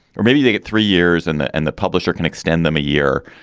or maybe they get three years and the and the publisher can extend them a year.